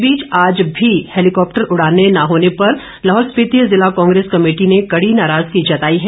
इस बीच आज भी हैलीकॉप्टर उड़ाने न होने पर लाहौल स्पिति जिला कांग्रेस कमेटी ने कड़ी नाराजगी जताई है